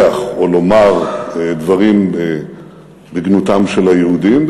לשוחח או לומר דברים בגנותם של היהודים.